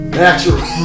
natural